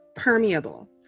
permeable